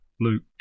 Luke